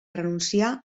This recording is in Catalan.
renunciar